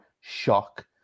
Shock